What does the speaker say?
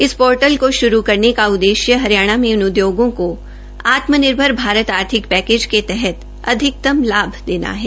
इस पोर्टल को शुरू करने का उददेश्य हरियाणा में इन उदयोगों को आत्मनिर्भर भारत आर्थिक पैकेज के तहत अधिकतम लाभ देना है